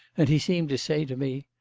and he seemed to say to me,